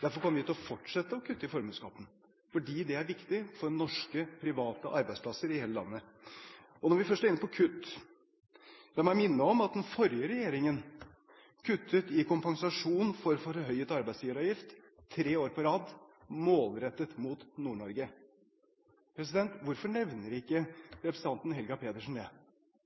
Derfor kommer vi til å fortsette å kutte i formuesskatten, fordi det er viktig for norske, private arbeidsplasser i hele landet. Når vi først er inne på kutt: La meg minne om at den forrige regjeringen kuttet i kompensasjonen for forhøyet arbeidsgiveravgift, som er målrettet mot Nord-Norge, tre år på rad. Hvorfor nevner ikke representanten Helga Pedersen det?